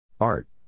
Art